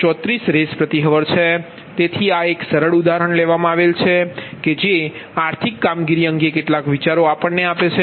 1425121634Rshrતેથી આ એક સરળ ઉદાહરણ લેવામાં આવે છે કે જે આર્થિક કામગીરી અંગે કેટલાક વિચારો આપે છે